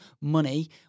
money